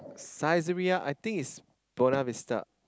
Saizeriya I think is Buona-Vista